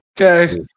Okay